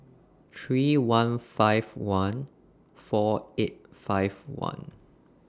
three one five one four eight five one